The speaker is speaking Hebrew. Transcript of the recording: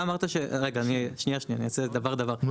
רגע אני שניה שניה אני אעשה דבר דבר,